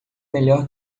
melhor